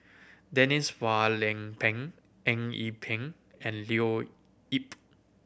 Denise Phua Lay Peng Eng Yee Peng and Leo Yip